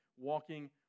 Walking